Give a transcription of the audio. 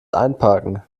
einparken